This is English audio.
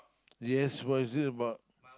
yes what is it about